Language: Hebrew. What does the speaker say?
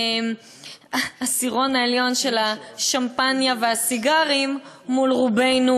העשירון העליון של השמפניה והסיגרים מול רובנו,